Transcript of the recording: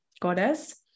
goddess